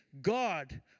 God